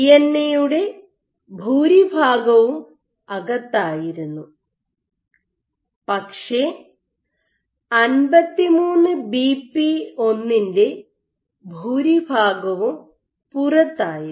DNA യുടെ ഭൂരിഭാഗവും അകത്തായിരുന്നു പക്ഷേ 53 ബിപി 1 ൻ്റെ ഭൂരിഭാഗവും പുറത്തായിരുന്നു